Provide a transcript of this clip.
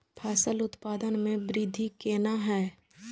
फसल उत्पादन में वृद्धि केना हैं?